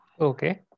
Okay